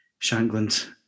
Shankland